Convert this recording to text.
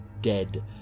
dead